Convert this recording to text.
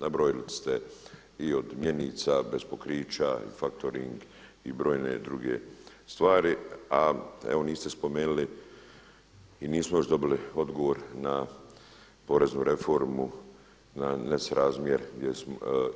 Nabrojili ste i od mjenica bez pokrića i faktoring i brojne druge stvari, a evo niste spomenuli i nismo još dobili odgovor na poreznu reformu, na nesrazmjer